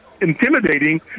intimidating